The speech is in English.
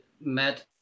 met